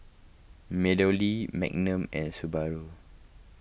MeadowLea Magnum and Subaru